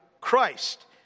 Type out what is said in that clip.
Christ